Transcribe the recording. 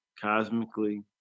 cosmically